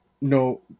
No